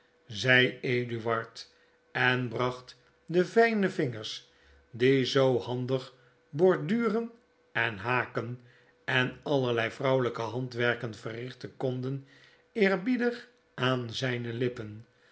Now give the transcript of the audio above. zei eduard en bracht de fijne vingers die zoo handig borduren en haken en allerlei vrouwelyke handwerken verrichten konden eerbiedig aan zynelippen laatmymyne